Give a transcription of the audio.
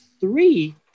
three